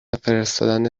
فرستادن